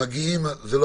יש חברות שמכינות ויכולות